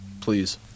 Please